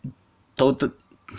total